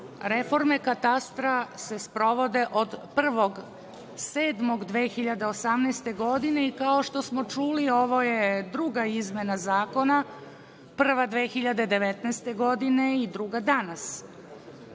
reforme katastra se sprovode od 1. jula 2018. godine, i kao što smo čuli ovo je druga izmena Zakona, prva 2019. godine i druga danas.